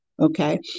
Okay